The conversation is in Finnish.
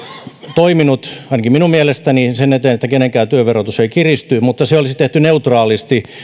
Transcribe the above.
toiminut ainakin minun mielestäni sen eteen että kenenkään työnverotus ei kiristy mutta se olisi tehty neutraalisti